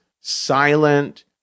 silent